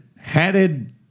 hatted